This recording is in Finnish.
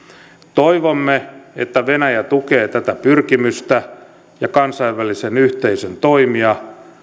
toivomme että venäjä tukee tätä pyrkimystä ja kansainvälisen yhteisön toimia